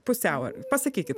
pusiau pasakykit